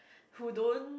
who don't